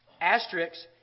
asterisks